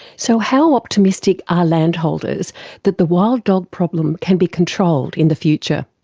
so how optimistic are landholders that the wild dog problem can be controlled in the future?